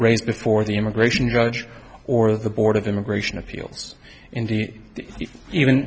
race before the immigration judge or the board of immigration appeals indeed even